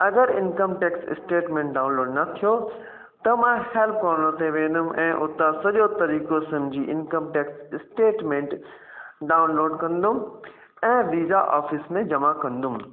अगरि income tax statement download न थियो त मां हेल्प कॉर्नर ते वेंदुमि ऐं उतां सॼो तरीक़ो सम्झी इंकम टैक्स स्टेटमेंट डाउनलोड कंदुमि ऐं वीज़ा ऑफ़िस में जमा कंदुमि